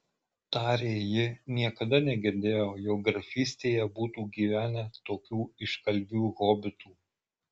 tarė ji niekada negirdėjau jog grafystėje būtų gyvenę tokių iškalbių hobitų